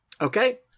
Okay